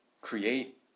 create